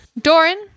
Doran